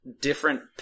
different